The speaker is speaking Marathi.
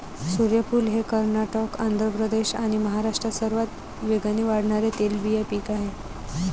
सूर्यफूल हे कर्नाटक, आंध्र प्रदेश आणि महाराष्ट्रात सर्वात वेगाने वाढणारे तेलबिया पीक आहे